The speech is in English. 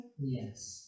Yes